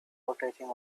rotating